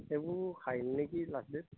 সেইবোৰ নেকি last date